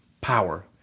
power